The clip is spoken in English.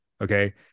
okay